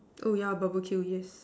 oh yeah barbecue yes